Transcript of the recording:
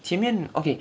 前面 okay